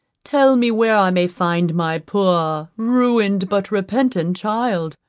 tell me where i may find my poor, ruined, but repentant child.